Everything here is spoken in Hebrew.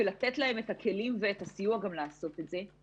את התחלואה של אנשים שנמצאים בבתי אבות ולכן עשינו את הצעדים האלה.